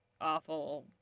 awful